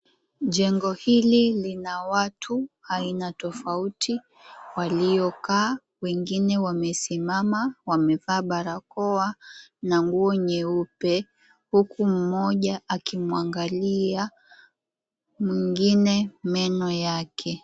Jengo hili lina watu aina tofauti waliokaa wengine wamesimama, wamevaa barakoa na nguo nyeupe huku mmoja akimwangalia mwengine meno yake.